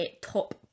top